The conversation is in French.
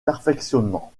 perfectionnement